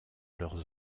leurs